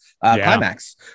climax